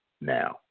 now